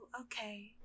okay